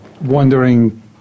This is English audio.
wondering